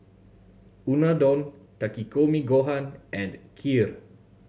Unadon Takikomi Gohan and Kheer